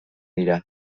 dira